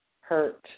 hurt